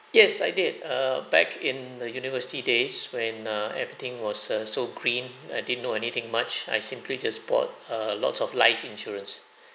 yes I did err back in the university days when err everything was uh so green I didn't know anything much I simply just bought err lots of life insurance